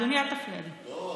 לא,